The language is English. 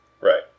Right